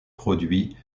produits